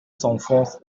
s’enfonce